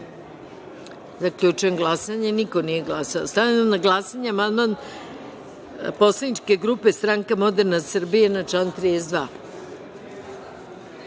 5.Zaključujem glasanje: niko nije glasao. Stavljam na glasanje amandman poslaničke grupe Stranka moderne Srbije na član